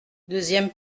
deuxième